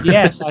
Yes